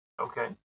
Okay